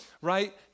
right